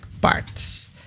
parts